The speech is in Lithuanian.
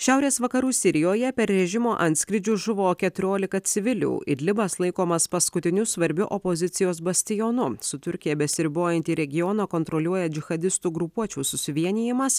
šiaurės vakarų sirijoje per režimo antskrydžius žuvo keturiolika civilių ir libas laikomas paskutiniu svarbiu opozicijos bastionu su turkija besiribojantį regioną kontroliuoja džihadistų grupuočių susivienijimas